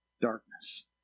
darkness